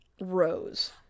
Rose